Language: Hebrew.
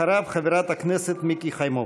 אחריו, חברת הכנסת מיקי חיימוביץ.